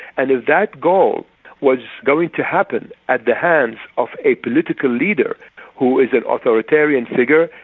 and if that goal was going to happen at the hands of a political leader who is an authoritarian figure,